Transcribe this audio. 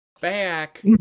back